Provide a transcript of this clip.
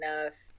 enough